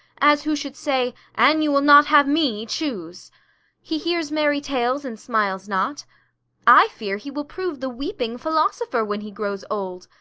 as who should say an you will not have me, choose he hears merry tales and smiles not i fear he will prove the weeping philosopher when he grows old,